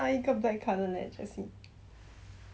看不到诶